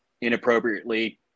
inappropriately